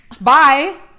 Bye